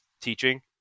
teaching